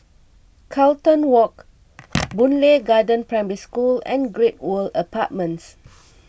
Carlton Walk Boon Lay Garden Primary School and Great World Apartments